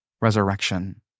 resurrection